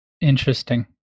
Interesting